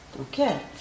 Okay